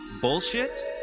bullshit